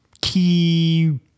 key